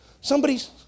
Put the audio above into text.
somebodys